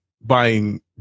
buying